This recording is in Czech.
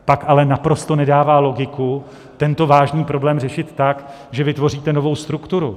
Pak ale naprosto nedává logiku tento vážný problém řešit tak, že vytvoříte novou strukturu.